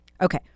Okay